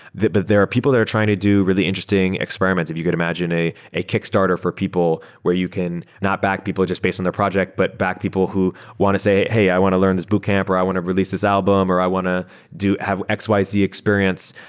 but there are people that are trying to do really interesting experiments. if you could imagine, a a kick-starter for people where you can not back people just based on the project, but back people who want to say, hey, i want to learn this boot camp, or i want to release this album, or i want to have x, y, z experience.